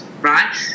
right